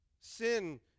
Sin